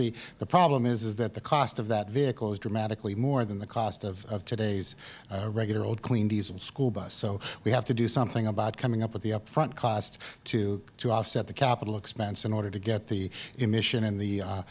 results the problem is is that the cost of that vehicle is dramatically more than the cost of today's regular old clean diesel school bus so we have to do something about coming up with the up front cost to offset the capital expense in order to get the emission and the